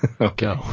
Okay